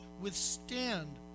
withstand